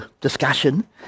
discussion